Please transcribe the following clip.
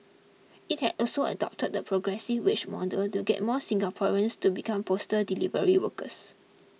it has also adopted the progressive wage model to get more Singaporeans to become postal delivery workers